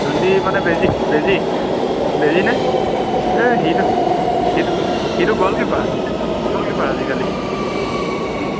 জোণ্টি মানে বেজী বেজী বেজী নে এই সিটো সিটো সিটো গ'লকিপাৰ গ'লকিপাৰ আজিকালি